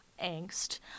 angst